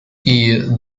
year